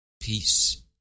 Peace